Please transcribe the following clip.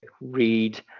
read